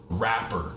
rapper